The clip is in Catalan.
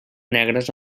negres